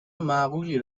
معقولی